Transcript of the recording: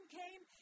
came